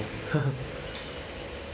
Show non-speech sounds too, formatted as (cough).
(laughs)